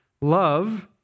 Love